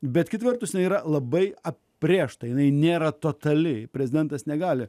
bet kita vertus nėra labai apibrėžta jinai nėra totali prezidentas negali